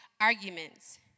arguments